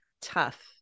tough